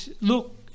look